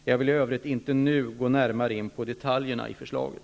Jag vill i övrigt inte nu gå närmare in på detaljer i förslaget.